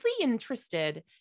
interested